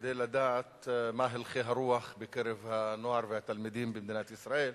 כדי לדעת מה הלכי הרוח בקרב הנוער והתלמידים במדינת ישראל,